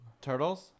Turtles